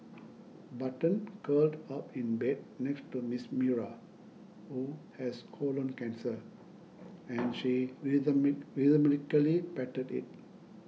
button curled up in bed next to Miss Myra who has colon cancer and she rhythmically patted it